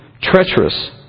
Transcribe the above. treacherous